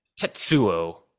Tetsuo